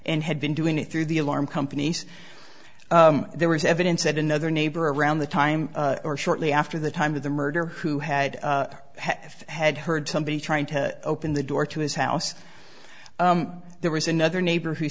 and had been doing it through the alarm companies there was evidence that another neighbor around the time or shortly after the time of the murder who had have had heard somebody trying to open the door to his house there was another neighbor who